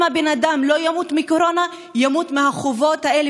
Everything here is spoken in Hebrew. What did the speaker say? אם בן אדם לא ימות מקורונה הוא ימות מהחובות האלה